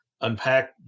unpack